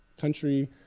country